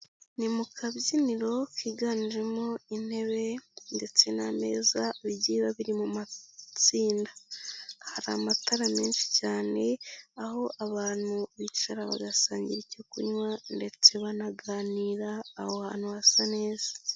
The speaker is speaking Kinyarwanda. Ni mu kabyiniro kiganjemo intebe ndetse n'ameza bigiye biri mu matsinda. Hari amatara menshi cyane, aho abantu bicara bagasangira icyo kunywa ndetse banaganira, aho hantu hasa neza.